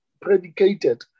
predicated